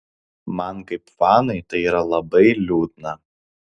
man kaip fanui tai yra labai liūdna